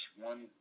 one